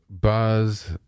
Buzz